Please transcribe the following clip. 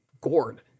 gourd